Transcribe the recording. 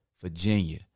virginia